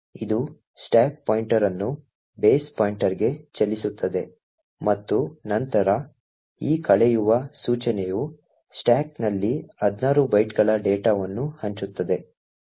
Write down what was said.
ಇದು stack pointer ಅನ್ನು base ಪಾಯಿಂಟರ್ಗೆ ಚಲಿಸುತ್ತದೆ ಮತ್ತು ನಂತರ ಈ ಕಳೆಯುವ ಸೂಚನೆಯು ಸ್ಟಾಕ್ನಲ್ಲಿ 16 ಬೈಟ್ಗಳ ಡೇಟಾವನ್ನು ಹಂಚುತ್ತದೆ